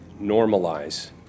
normalize